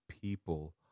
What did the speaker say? people